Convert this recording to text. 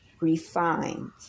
refined